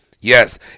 yes